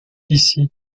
ici